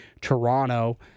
Toronto